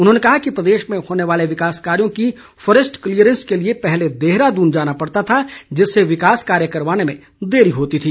उन्होंने कहा कि प्रदेश में होने वाले विकास कार्यों की फॉरेस्ट क्लीयरेंस के लिए पहले देहरादून जाना पड़ता था जिससे विकास कार्य करवाने में देरी होती थी